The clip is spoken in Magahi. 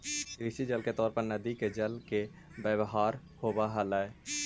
कृषि जल के तौर पर नदि के जल के व्यवहार होव हलई